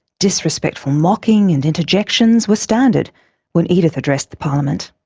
disrespectful mocking and interjections were standard when edith addressed parliament.